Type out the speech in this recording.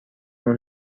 اون